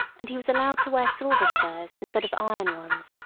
and he was allowed to wear silver spurs instead of iron ones,